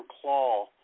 Claw